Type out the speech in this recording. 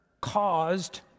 caused